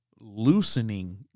loosening